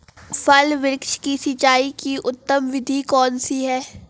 फल वृक्ष की सिंचाई की उत्तम विधि कौन सी है?